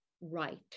right